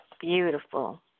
Beautiful